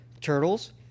turtles